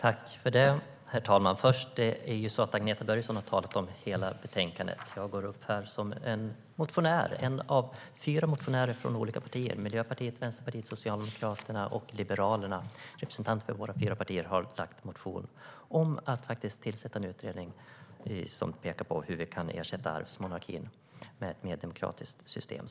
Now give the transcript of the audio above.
Herr talman! Agneta Börjesson har talat om hela betänkandet. Jag går upp här i talarstolen som en av fyra motionärer från olika partier - Miljöpartiet, Vänsterpartiet, Socialdemokraterna och Liberalerna. Representanter från våra fyra partier har väckt motioner om att tillsätta en utredning som pekar på hur vi kan ersätta arvsmonarkin med ett mer demokratiskt system.